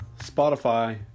Spotify